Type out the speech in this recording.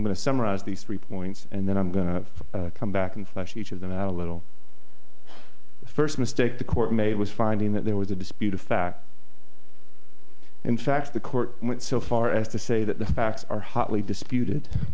i'm going to summarize these three points and then i'm going to come back and flesh each of them out a little the first mistake the court made was finding that there was a disputed fact in fact the court went so far as to say that the facts are hotly disputed